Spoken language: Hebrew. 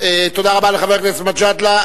תודה רבה לחבר הכנסת מג'אדלה.